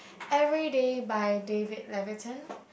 Everyday by David-Leviathan